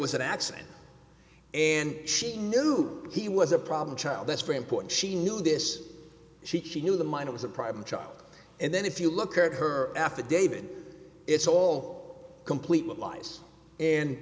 was an accident and she knew he was a problem child that's very important she knew this she knew the mind was a problem child and then if you look at her affidavit it's all complete lies and